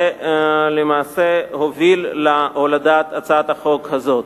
ולמעשה הוביל להולדת הצעת החוק הזאת.